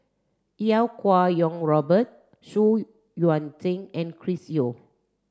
Iau Kuo Kwong Robert Xu Yuan Zhen and Chris Yeo